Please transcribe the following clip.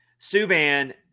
Subban